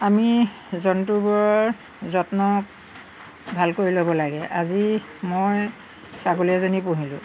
আমি জন্তুবোৰৰ যত্ন ভালকৈ ল'ব লাগে আজি মই ছাগলী এজনী পুহিলোঁ